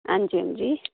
हां जी हां'जी